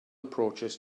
approaches